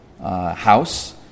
house